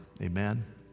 Amen